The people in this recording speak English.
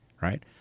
right